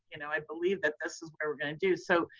you know, i believe that this is what we're gonna do so.